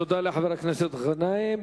תודה לחבר הכנסת גנאים.